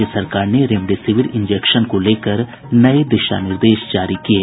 राज्य सरकार ने रेमडेसिविर इंजेक्शन को लेकर नये दिशा निर्देश जारी किये